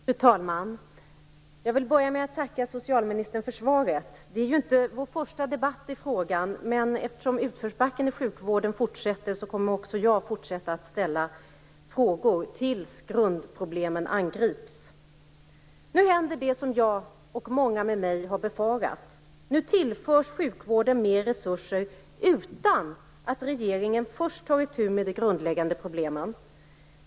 Fru talman! Jag vill börja med att tacka socialministern för svaret. Det är inte vår första debatt i frågan, men eftersom utförsbacken i sjukvården fortsätter kommer jag att fortsätta att ställa frågor tills grundproblemen angrips. Nu händer det som jag och många med mig har befarat. Sjukvården tillförs mer resurser utan att regeringen först tar itu med de grundläggande problemen.